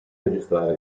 registrare